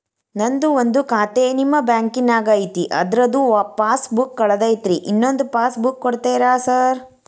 ನಂದು ಒಂದು ಖಾತೆ ನಿಮ್ಮ ಬ್ಯಾಂಕಿನಾಗ್ ಐತಿ ಅದ್ರದು ಪಾಸ್ ಬುಕ್ ಕಳೆದೈತ್ರಿ ಇನ್ನೊಂದ್ ಪಾಸ್ ಬುಕ್ ಕೂಡ್ತೇರಾ ಸರ್?